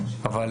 אבל